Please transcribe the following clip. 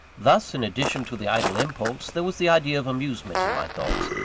thus, in addition to the idle impulse, there was the idea of amusement in my thoughts,